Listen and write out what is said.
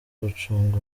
gucunga